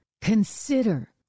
Consider